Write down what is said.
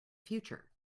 future